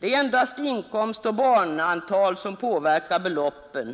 Det är endast inkomst och barnantal som påverkar beloppet.